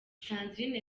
sandrine